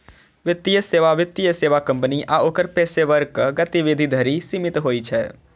वित्तीय सेवा वित्तीय सेवा कंपनी आ ओकर पेशेवरक गतिविधि धरि सीमित होइ छै